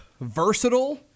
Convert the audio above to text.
versatile